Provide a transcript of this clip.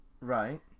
right